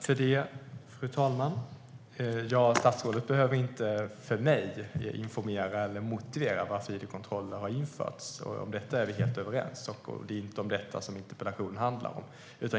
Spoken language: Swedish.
Fru talman! Statsrådet behöver inte för mig informera eller motivera varför id-kontroller har införts. Om detta är vi helt överens, och det är inte om detta interpellationen handlar.